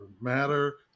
matter